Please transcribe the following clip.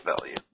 value